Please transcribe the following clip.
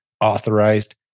authorized